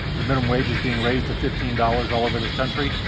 the minimum wage is being raised to fifteen dollars all over this country.